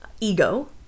ego